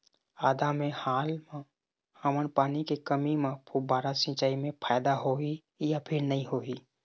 आदा मे हाल मा हमन पानी के कमी म फुब्बारा सिचाई मे फायदा होही या फिर नई होही?